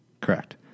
Correct